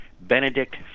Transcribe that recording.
Benedict